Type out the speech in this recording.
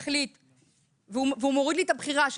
והוא מוריד לי את הבחירה,